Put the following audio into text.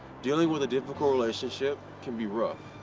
dealing with a difficult relationship can be rough,